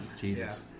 Jesus